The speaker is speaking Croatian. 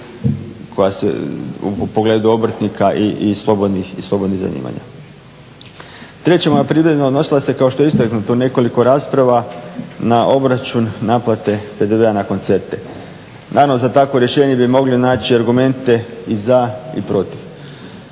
uređenja u pogledu obrtnika i slobodnih zanimanja. Treća moja primjedba odnosila se kao što je istaknuto u nekoliko rasprava na obračun naplate PDV-a na koncerte. Naravno za takvo rješenje bi mogli naći argumente i za i protiv.